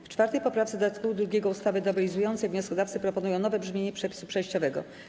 W 4. poprawce do art. 2 ustawy nowelizującej wnioskodawcy proponują nowe brzmienie przepisu przejściowego.